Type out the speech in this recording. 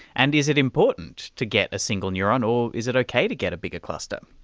and is it important to get a single neuron or is it okay to get a bigger cluster?